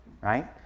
Right